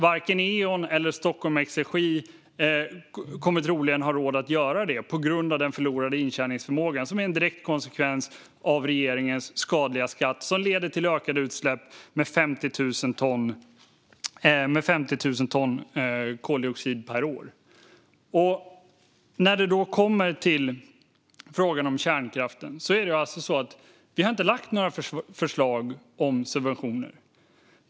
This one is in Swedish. Varken Eon eller Stockholm Exergi kommer troligen att ha råd att göra det på grund av den förlorade intjäningsförmågan, som är en direkt konsekvens av regeringens skadliga skatt som leder till ökade utsläpp med 50 000 ton koldioxid per år. När det gäller frågan om kärnkraften har vi inte lagt fram några förslag om subventioner.